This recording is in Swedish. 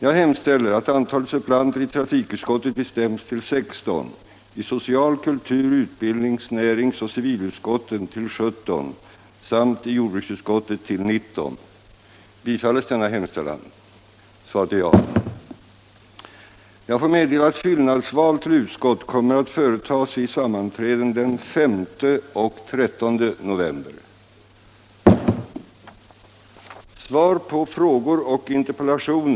Jag hemställer att antalet suppleanter i trafikutskottet bestämmes till 16, i social-, kultur-, utbildnings-, näringsoch civilutskotten till 17 samt i jordbruksutskottet till 19.